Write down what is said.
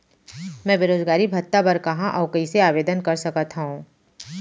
मैं बेरोजगारी भत्ता बर कहाँ अऊ कइसे आवेदन कर सकत हओं?